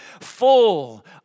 full